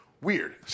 weird